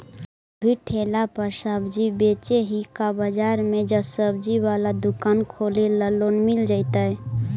अभी ठेला पर सब्जी बेच ही का बाजार में ज्सबजी बाला दुकान खोले ल लोन मिल जईतै?